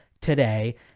today